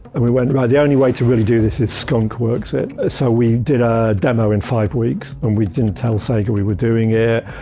and we went, right, the only way to really do this is skunkworks. so we did a demo in five weeks, and we didn't tell sega we were doing it,